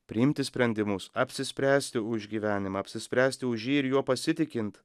priimti sprendimus apsispręsti už gyvenimą apsispręsti už jį ir juo pasitikint